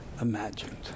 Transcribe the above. imagined